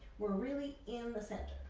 we're really in the center.